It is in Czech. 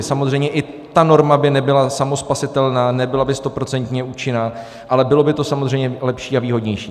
Samozřejmě i ta norma by nebyla samospasitelná, nebyla by stoprocentně účinná, ale bylo by to samozřejmě lepší a výhodnější.